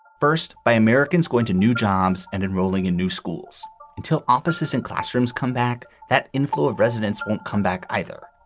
first by americans going to new jobs and enrolling in new schools until offices and classrooms come back. that inflow of residents won't come back either.